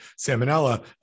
salmonella